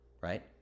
right